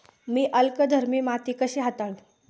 मी अल्कधर्मी माती कशी हाताळू?